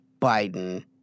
Biden